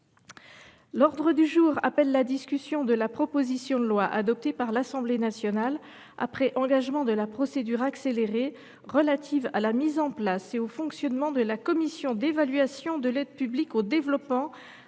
L’ordre du jour appelle la discussion de la proposition de loi, adoptée par l’Assemblée nationale après engagement de la procédure accélérée, relative à la mise en place et au fonctionnement de la commission d’évaluation de l’aide publique au développement